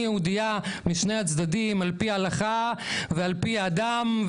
אני יהודייה משני הצדדים על פי ההלכה ועל פי הדם.